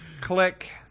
Click